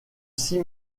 six